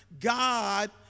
God